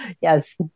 Yes